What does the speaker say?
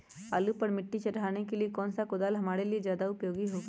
आलू पर मिट्टी चढ़ाने के लिए कौन सा कुदाल हमारे लिए ज्यादा उपयोगी होगा?